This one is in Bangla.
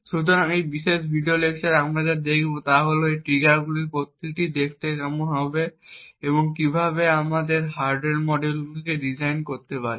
সুতরাং এই বিশেষ ভিডিও লেকচারে আমরা যা দেখব তা হল এই ট্রিগারগুলির প্রতিটি দেখতে কেমন হবে এবং কীভাবে আমরা আমাদের হার্ডওয়্যার মডিউলগুলিকে ডিজাইন করতে পারি